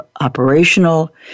operational